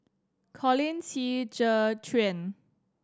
Colin Qi Zhe Quan